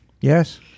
Yes